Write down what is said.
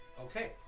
Okay